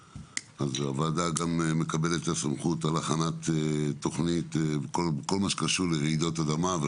הוועדה מקבלת את הסמכות גם בכל מה שקשור לרעידות אדמה.